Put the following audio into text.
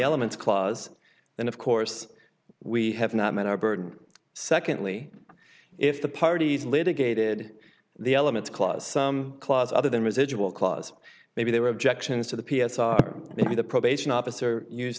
elements clause then of course we have not met our burden secondly if the parties litigated the elements clause some clause other than residual clause maybe there were objections to the p s r maybe the probation officer use